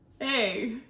hey